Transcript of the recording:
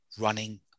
running